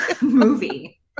movie